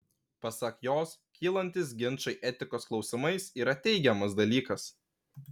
pasak jos kylantys ginčai etikos klausimais yra teigiamas dalykas